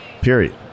period